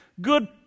good